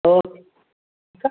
okay ठीकु आहे